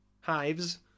hives